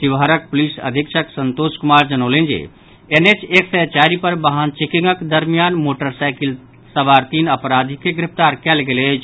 शिवहरक police अधीक्षक संतोष कुमार जनौलनि जे एनएच एक सय चारि पर वाहन चेकिंग दरमियान मोटरसाईकिल सवार तीन अपराधी के गिरफ्तार कयल गेल अछि